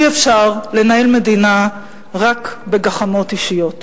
אי-אפשר לנהל מדינה רק בגחמות אישיות.